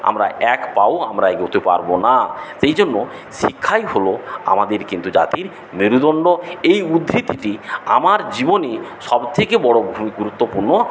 আমরা এক পা ও আমরা এগোতে পারব না সেই জন্য শিক্ষাই হল আমাদের কিন্তু জাতির মেরুদণ্ড এই উদ্ধৃতিটি আমার জীবনে সব থেকে বড় গুরুত্বপূর্ণ